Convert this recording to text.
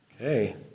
Okay